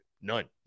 None